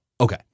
Okay